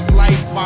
life